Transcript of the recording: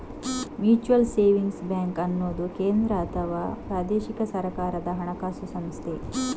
mutual savings bank ಅನ್ನುದು ಕೇಂದ್ರ ಅಥವಾ ಪ್ರಾದೇಶಿಕ ಸರ್ಕಾರದ ಹಣಕಾಸು ಸಂಸ್ಥೆ